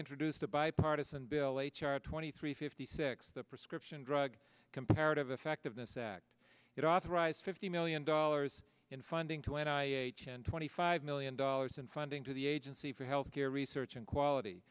introduced a bipartisan bill twenty three fifty six the prescription drug comparative effectiveness act it authorized fifty million dollars in funding to anti aging and twenty five million dollars in funding to the agency for health care research and quality